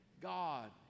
God